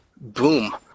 Boom